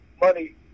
money